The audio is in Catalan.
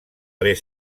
haver